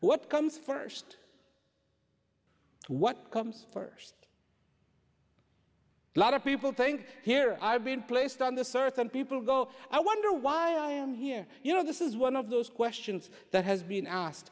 what comes first what comes first a lot of people think here i've been placed under certain people go i wonder why i am here you know this is one of those questions that has been asked